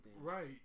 Right